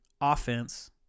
offense